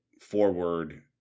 forward